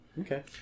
okay